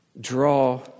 Draw